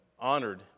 honored